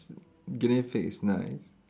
guinea pig is nice